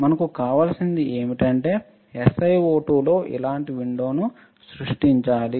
మనకు కావలసినది ఏమిటంటే SiO2 లో ఇలాంటి విండోను సృష్టించాలి